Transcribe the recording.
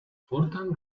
fortan